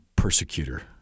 persecutor